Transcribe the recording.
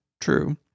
true